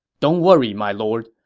don't worry, my lord.